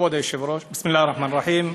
כבוד היושב-ראש, בסם אללה א-רחמאן א-רחים.